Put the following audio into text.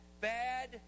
bad